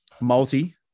multi